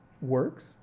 works